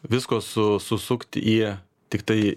visko su susukt į tiktai